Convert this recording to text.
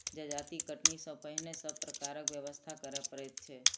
जजाति कटनी सॅ पहिने सभ प्रकारक व्यवस्था करय पड़ैत छै